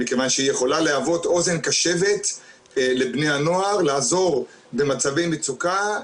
מכיוון שהיא יכולה להוות אוזן קשבת לבני הנוער לעזור במצבי מצוקה,